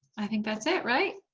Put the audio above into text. i think that's it, right?